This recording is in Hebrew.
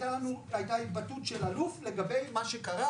הייתה התבטאות של אלוף לגבי מה שקרה,